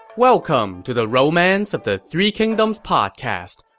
welcome to the romance of the three kingdoms podcast.